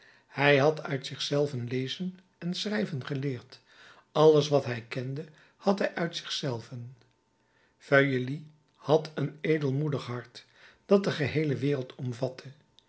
hij had uit zich zelven lezen en schrijven geleerd alles wat hij kende had hij uit zich zelven feuilly had een edelmoedig hart dat de geheele wereld omvatte